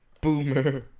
Boomer